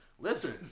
Listen